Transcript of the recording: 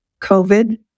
COVID